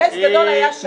נס גדולה היה שם.